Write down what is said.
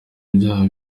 byabo